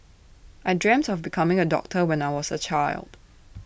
I dreamt of becoming A doctor when I was A child